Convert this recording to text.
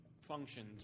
functions